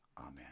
amen